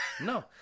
no